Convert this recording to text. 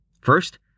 First